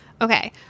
Okay